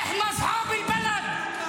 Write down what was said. (אומר דברים בשפה הערבית,